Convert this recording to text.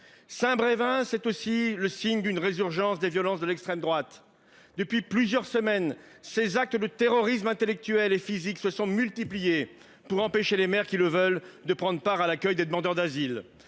Saint-Brévin. C'est aussi le signe d'une résurgence des violences de l'extrême droite depuis plusieurs semaines. Ces actes de terrorisme intellectuel et physique se sont multipliées pour empêcher les maires qui le veulent de prendre part à l'accueil des demandeurs d'asile.